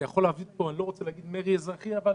זה יכול להביא פה אני לא רוצה להגיד מרי אזרחי אבל